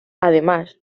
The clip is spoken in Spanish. además